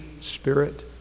Spirit